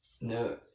No